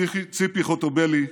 ציפי חוטובלי,